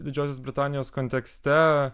didžiosios britanijos kontekste